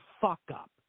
fuck-up